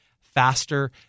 faster